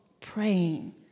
praying